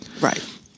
Right